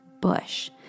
Bush